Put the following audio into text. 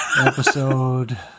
episode